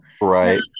right